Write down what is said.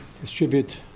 distribute